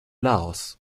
laos